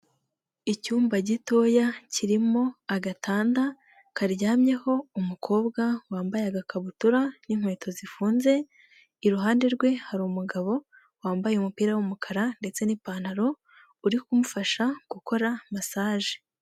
Icyumba gitoya kirimo agatanda karyamyeho umukobwa wambaye agakabutura n'inkweto zifunze iruhande rwe hari umugabo wambaye umupira wumukara ndetse n'ipantaro uri kumufasha gukora masaje.